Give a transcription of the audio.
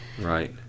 Right